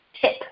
tip